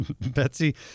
Betsy